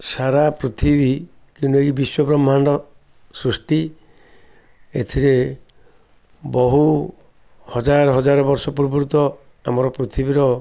ସାରା ପୃଥିବୀକୁ ନେଇକି ବିଶ୍ୱ ବ୍ରହ୍ମାଣ୍ଡ ସୃଷ୍ଟି ଏଥିରେ ବହୁ ହଜାର ହଜାର ବର୍ଷ ପୂର୍ବରୁ ତ ଆମର ପୃଥିବୀର